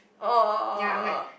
!aww!